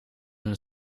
een